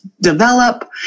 develop